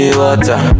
water